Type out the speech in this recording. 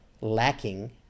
lacking